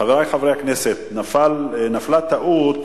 חברי חברי הכנסת, נפלה טעות.